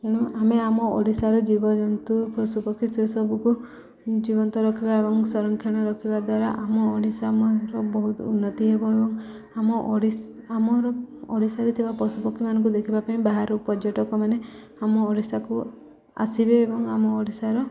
ତେଣୁ ଆମେ ଆମ ଓଡ଼ିଶାର ଜୀବଜନ୍ତୁ ପଶୁପକ୍ଷୀ ସେସବୁକୁ ଜୀବନ୍ତ ରଖିବା ଏବଂ ସଂରକ୍ଷଣ ରଖିବା ଦ୍ୱାରା ଆମ ଓଡ଼ିଶାର ବହୁତ ଉନ୍ନତି ହେବ ଏବଂ ଆମ ଆମର ଓଡ଼ିଶାରେ ଥିବା ପଶୁପକ୍ଷୀମାନଙ୍କୁ ଦେଖିବା ପାଇଁ ବାହାରୁ ପର୍ଯ୍ୟଟକମାନେ ଆମ ଓଡ଼ିଶାକୁ ଆସିବେ ଏବଂ ଆମ ଓଡ଼ିଶାର